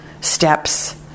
steps